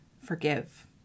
forgive